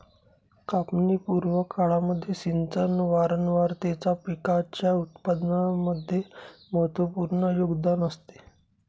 कापणी पूर्व काळामध्ये सिंचन वारंवारतेचा पिकाच्या उत्पादनामध्ये महत्त्वपूर्ण योगदान असते